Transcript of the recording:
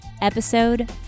episode